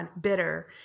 bitter